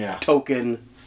token